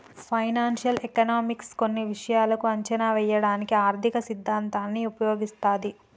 financial economics కొన్ని విషయాలను అంచనా వేయడానికి ఆర్థిక సిద్ధాంతాన్ని ఉపయోగిస్తది